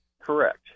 Correct